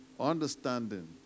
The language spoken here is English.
understanding